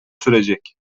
sürecek